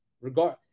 regard